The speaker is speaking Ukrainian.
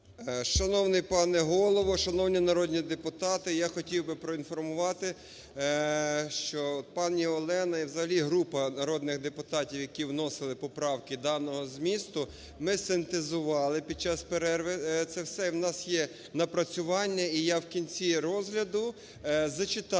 Шановний пане Голово! Шановні народні депутати! Я хотів би проінформувати, що пані Олена і взагалі група народних депутатів, які вносили поправки даного змісту, ми синтезували під час перерви це все, і в нас є напрацювання, і я вкінці розгляду зачитаю